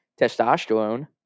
testosterone